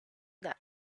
that